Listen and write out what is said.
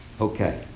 Okay